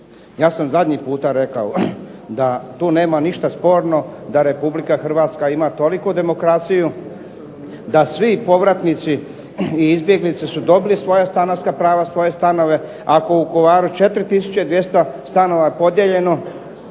Ja sam zadnji puta rekao da tu nema ništa sporno da Republika Hrvatska ima toliku demokraciju da svi povratnici i izbjeglice su dobili svoja stanarska prava, svoje stanove, ako u Vukovaru 4 tisuće 200 stanova podijeljeno,